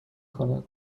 کند